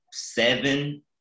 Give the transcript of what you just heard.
seven